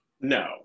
No